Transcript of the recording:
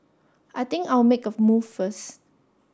I think I'll make a move first